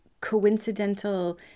coincidental